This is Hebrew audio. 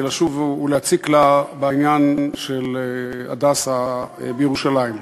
לשוב ולהציק לה בעניין של "הדסה" בירושלים.